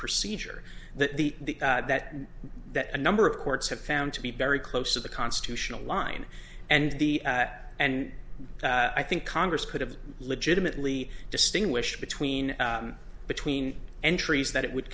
procedure that the that that a number of courts have found to be very close to the constitutional line and the and i think congress could have legitimately distinguish between between entries that it would